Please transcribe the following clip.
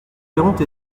géronte